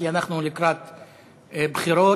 כי אנחנו לקראת בחירות.